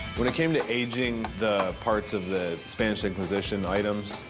when it came to aging the parts of the spanish inquisition items,